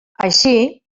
així